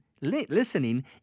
listening